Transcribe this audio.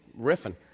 riffing